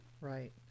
Right